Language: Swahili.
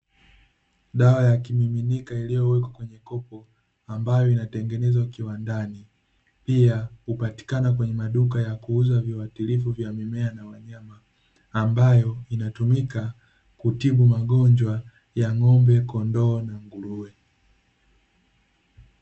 Dawa ya kimiminika iliyowekwa kwenye kopo ambayo inatengenezwa kiwandani, pia hupatikani kwenye maduka la kuuza viuatilifu vya mimea na wanyama ambayo inatumika kutibu magonjwa ya n’gombe, kondoo na nguruwe.